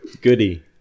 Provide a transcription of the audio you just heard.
Goody